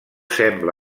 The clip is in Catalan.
sembla